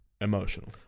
emotional